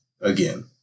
again